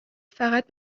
فقط